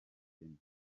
ubugeni